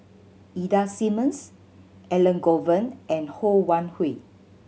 Ida Simmons Elangovan and Ho Wan Hui